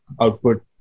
output